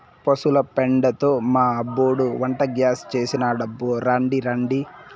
పశుల పెండతో మా అబ్బోడు వంటగ్యాస్ చేసినాడబ్బో రాండి రాండి